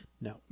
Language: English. No